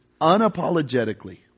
unapologetically